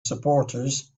supporters